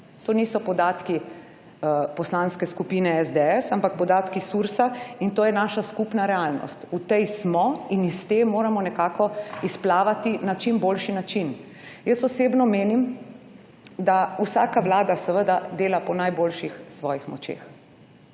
To niso podatki Poslanske skupine SDS, ampak podatki SURS-a in to je naša skupna realnost. V tej smo in iz te moramo nekako izplavati na čim boljši način. Jaz osebno menim, da vsaka vlada seveda dela po najboljših svojih močeh